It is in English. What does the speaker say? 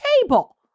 table